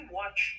watch